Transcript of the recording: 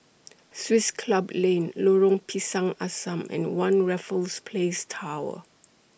Swiss Club Lane Lorong Pisang Asam and one Raffles Place Tower